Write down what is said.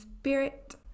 spirit